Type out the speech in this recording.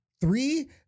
Three